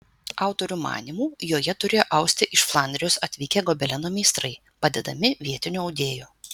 autorių manymu joje turėjo austi iš flandrijos atvykę gobeleno meistrai padedami vietinių audėjų